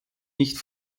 nicht